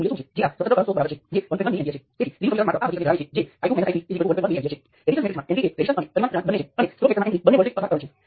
તેથી આ ખૂબ જ સરળ ઉદાહરણ છે કે શા માટે રેઝિસ્ટન્સ અથવા કંડક્ટન્સ સ્પષ્ટ કરવી ઉપયોગી હોઈ શકે છે